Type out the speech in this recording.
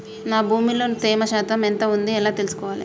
నా భూమి లో తేమ శాతం ఎంత ఉంది ఎలా తెలుసుకోవాలే?